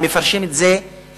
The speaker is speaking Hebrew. הם מפרשים את זה כשלילי,